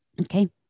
Okay